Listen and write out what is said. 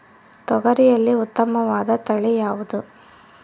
ತೊಗರಿಯಲ್ಲಿ ಉತ್ತಮವಾದ ತಳಿ ಯಾವುದು?